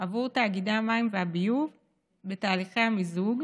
עבור תאגידי המים והביוב בתהליכי המיזוג,